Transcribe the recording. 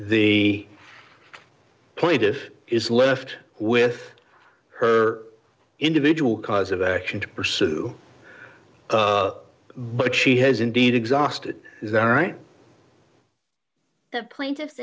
the point if is left with her individual cause of action to pursue but she has indeed exhausted that right the plaintiffs